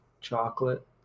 chocolate